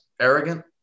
arrogant